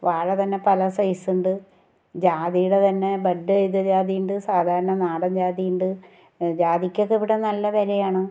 വാഴ തന്നെ പല സൈസ് ഉണ്ട് ജാതിയുടെ തന്നെ ബഡ് ചെയ്ത ജാതിയുണ്ട് സാധാരണ നാടൻ ജാതിയുണ്ട് ജാതിക്കൊക്കെ ഇവിടെ നല്ല വിലയാണ്